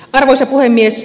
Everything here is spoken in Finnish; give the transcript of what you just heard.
arvoisa puhemies